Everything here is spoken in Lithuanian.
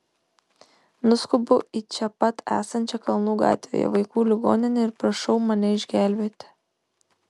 nuskubu į čia pat esančią kalnų gatvėje vaikų ligoninę ir prašau mane išgelbėti